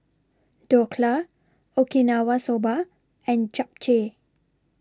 Dhokla Okinawa Soba and Japchae